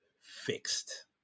fixed